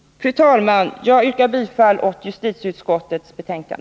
Fru talman! Jag yrkar bifall till justitieutskottets hemställan.